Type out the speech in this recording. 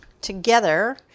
together